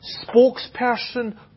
spokesperson